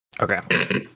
Okay